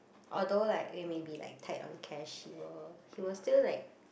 although like we may be like tight on cash he will he will still like